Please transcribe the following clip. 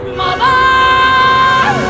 mother